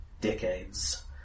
decades